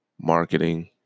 marketing